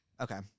Okay